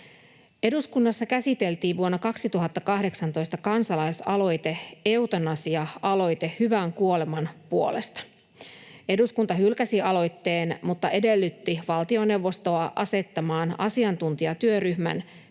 Eduskunnassa käsiteltiin vuonna 2018 kansalaisaloite ”Eutanasia-aloite hyvän kuoleman puolesta”. Eduskunta hylkäsi aloitteen mutta edellytti valtioneuvostoa asettamaan asiantuntijatyöryhmän